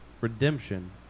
Redemption